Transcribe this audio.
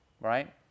Right